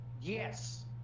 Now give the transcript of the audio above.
Yes